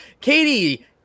Katie